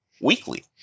weekly